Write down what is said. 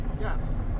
yes